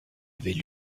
avait